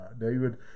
David